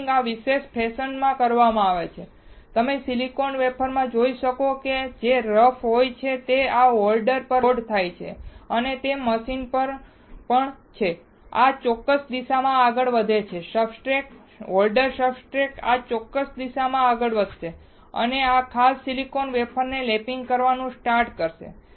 lapping આ વિશિષ્ટ fashion માં કરવામાં આવે છે તમે સિલિકોન વેફર જોઈ શકો છો જે રફ હોય છે તે આ હોલ્ડર પર લોડ થાય છે અને તે મશીન પણ છે તે આ ચોક્કસ દિશામાં આગળ વધે છે સબસ્ટ્રેટ હોલ્ડર સબસ્ટ્રેટ આ ચોક્કસ દિશામાં આગળ વધશે અને આ ખાસ સિલિકોન વેફરને લેપિંગ કરવાનું સ્ટાર્ટ કરશે